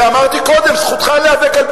אמרתי קודם: זכותך להיאבק על,